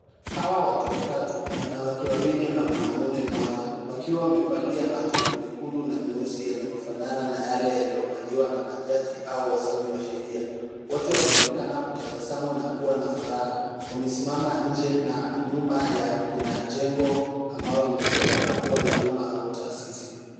Hawa watu watatu, wanawake wawili na mwanamume mmoja, wakiwa wamevalia majoho mekundu na meusi yanayofanana na yale yanayovaliwa na majaji au wasomi wa sheria. Wote wanaonekana kutabasamu na kuwa na furaha. Wamesimama nje na nyuma yao kuna jengo ambalo linaonekana kuwa la umma au taasisi.